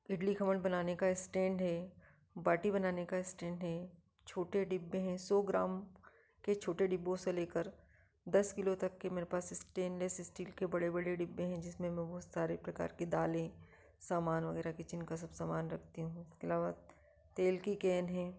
इडली खमण बनाने का स्टैंड है बाटी बनाने का स्टैंड है छोटे डिब्बे हैं सौ ग्राम के छोटे डिब्बों से लेकर दस किलो तक के मेरे पास स्टेनलेस स्टील के बड़े बड़े डिब्बे हैं जिसमें मैं बहुत सारे प्रकार के दालें सामान वगैरह किचेन का सब समान रखती हूँ इसके अलावा तेल की केन है